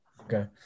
Okay